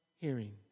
hearing